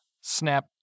snap